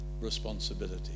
responsibility